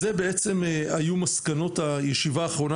אלו בעצם היו מסקנות הישיבה האחרונה